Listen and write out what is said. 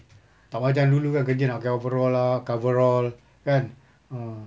tak macam dulu kan kerja nak pakai overall lah coverall kan mm